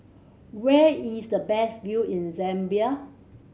where is the best view in Zambia